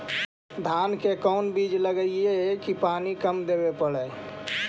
धान के कोन बिज लगईऐ कि पानी कम देवे पड़े?